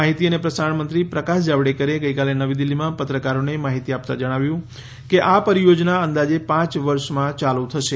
માહિતી અને પ્રસારણ મંત્રી પ્રકાશ જાવડેકરે ગઈકાલે નવી દિલ્ફીમાં પત્રકારોને માહિતી આપતાં જણાવ્યું કે આ પરિયોજના અંદાજે પાંચ વર્ષમાં ચાલુ થશે